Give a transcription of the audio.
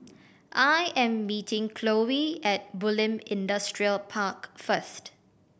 I am meeting Chloe at Bulim Industrial Park first